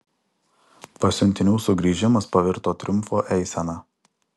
pasiuntinių sugrįžimas pavirto triumfo eisena